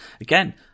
Again